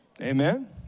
Amen